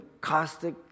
caustic